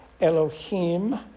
Elohim